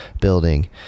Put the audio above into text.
Building